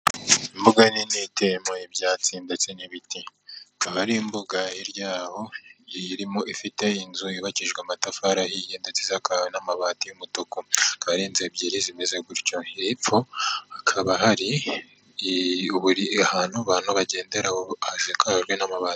Imbuga nini iteyemo ibyatsi ndetse n'ibiti ikaba ari imbuga yaho irimo ifite inzu yubakijwe amatafari ahiye ndetsen'amabati y'umutuku aka ari inzu ebyiri zimeze gutyo hepfo hakaba hari buri ahantu abantu bagendera hazakajwe n'amabati.